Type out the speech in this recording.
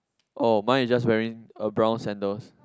oh mine is just wearing a brown sandals